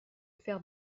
faire